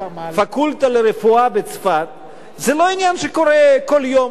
פקולטה לרפואה בצפת זה לא עניין שקורה כל יום.